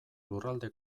lurralde